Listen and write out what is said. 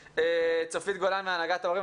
צופית גולן מהנהגת ההורים,